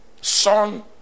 Son